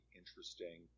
interesting